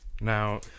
Now